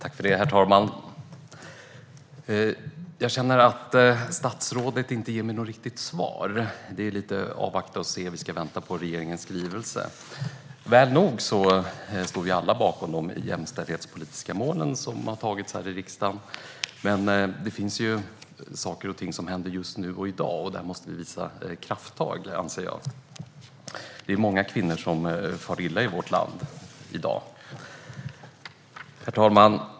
Herr talman! Jag känner det som att statsrådet inte ger mig något riktigt svar. Det är lite "avvakta och se" över det; vi ska vänta på regeringens skrivelse. Väl nog - vi står alla bakom de jämställdhetspolitiska mål som har antagits här i riksdagen. Men det finns saker och ting som händer just nu, och där måste vi ta krafttag, anser jag. Det är många kvinnor som far illa i vårt land i dag. Herr talman!